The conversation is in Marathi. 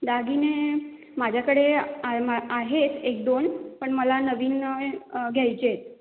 दागिने माझ्याकडे आहे मा आहेत एकदोन पण मला नवीन घ्यायचे आहेत